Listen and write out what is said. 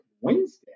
Wednesday